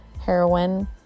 heroin